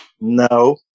No